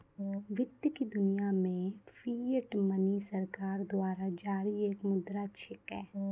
वित्त की दुनिया मे फिएट मनी सरकार द्वारा जारी एक मुद्रा छिकै